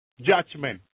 judgment